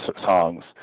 songs